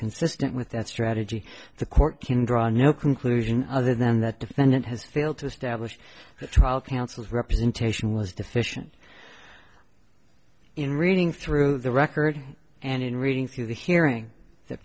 consistent with that strategy the court can draw no conclusion other than that defendant has failed to establish that trial counsel's representation was deficient in reading through the record and in reading through the hearing that